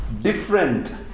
different